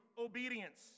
obedience